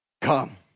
Come